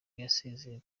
yasezeye